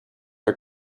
are